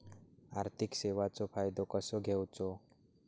आर्थिक सेवाचो फायदो कसो घेवचो?